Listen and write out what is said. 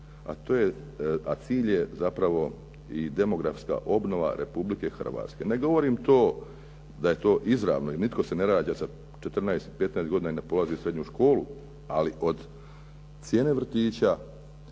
a cilj je zapravo i demografska obnova Republike Hrvatske. Ne govorim to da je to izravno i nitko se ne rađa sa 14, 15 godina i ne polazi srednju školu ali od cijene vrtića,